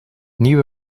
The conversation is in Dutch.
nieuwe